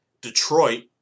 Detroit